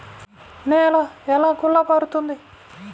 నేల ఎలా గుల్లబారుతుంది?